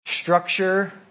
Structure